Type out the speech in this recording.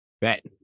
Bet